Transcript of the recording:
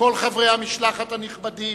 כל חברי המשלחת הנכבדים,